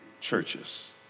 churches